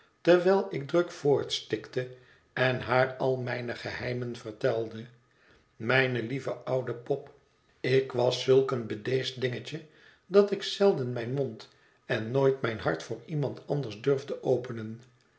terwijl ik druk voortstikte en haar al mijne geheimen vertelde mijne lieve oude pop ik was zulk een bedeesd dingetje dat ik zelden mijn mond en nooit mijn hart voor iemand anders durfde openen